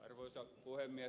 arvoisa puhemies